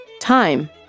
Time